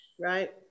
Right